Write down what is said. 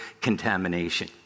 contamination